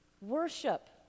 worship